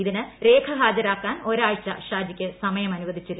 ഇതിന് രേഖ ഹാജരാക്കാൻ ഒരാഴ്ച ഷാജിക്ക് സമയം അനുവദിച്ചിരുന്നു